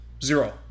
zero